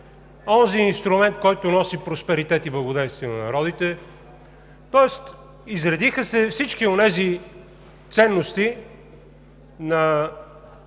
онзи инструмент, който носи просперитет и благоденствие на народите? Тоест изредиха се всички онези ценности на